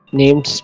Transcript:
named